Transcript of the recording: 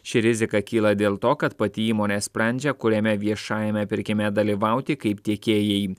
ši rizika kyla dėl to kad pati įmonė sprendžia kuriame viešajame pirkime dalyvauti kaip tiekėjai